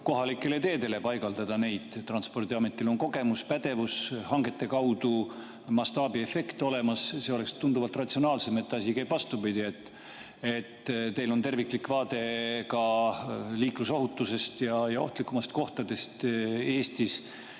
kohalikele teedele paigaldada neid [liikluskaameraid]. Transpordiametil on kogemus, pädevus ja hangete kaudu mastaabiefekt olemas. See oleks tunduvalt ratsionaalsem, et asi käib vastupidi. Teil on terviklik vaade liiklusohutusest ja ohtlikumatest kohtadest Eestis